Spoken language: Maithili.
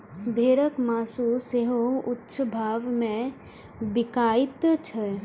भेड़क मासु सेहो ऊंच भाव मे बिकाइत छै